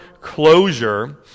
closure